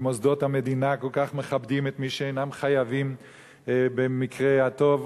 מוסדות המדינה כל כך מכבדים את מי שאינם חייבים במקרה הטוב?